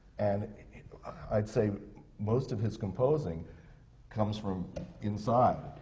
and i'd say most of his composing comes from inside.